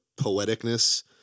poeticness